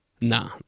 Nah